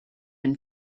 and